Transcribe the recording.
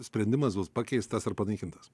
sprendimas bus pakeistas ar panaikintas